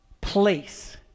place